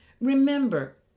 Remember